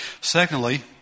Secondly